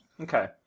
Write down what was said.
Okay